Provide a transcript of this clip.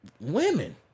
Women